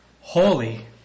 holy